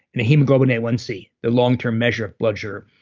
and hemoglobin a one c, the long-term measure of blood sugar.